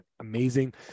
amazing